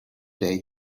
day